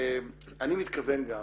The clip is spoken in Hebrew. אני מתכוון גם